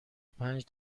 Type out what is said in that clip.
پنج